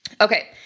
Okay